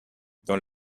dans